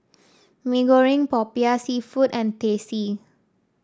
Mee Goreng popiah seafood and Teh C